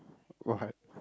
what